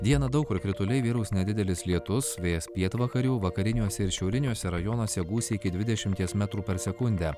dieną daug kur krituliai vyraus nedidelis lietus vėjas pietvakarių vakariniuose ir šiauriniuose rajonuose gūsiai iki dvidešimties metrų per sekundę